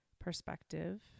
perspective